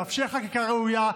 לאפשר חקיקה ראויה,